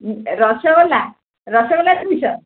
ରସଗୋଲା ରସଗୋଲା କି